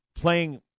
playing